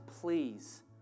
please